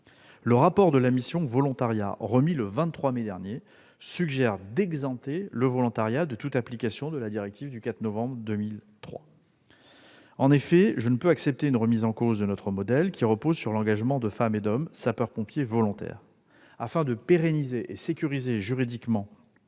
Le rapport de la mission Volontariat, remis le 23 mai dernier, suggère d'exempter le volontariat de toute application de la directive du 4 novembre 2003. En effet, je ne peux accepter une remise en cause de notre modèle, qui repose sur l'engagement de femmes et d'hommes, sapeurs-pompiers volontaires. Afin de pérenniser et de sécuriser juridiquement